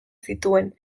zituen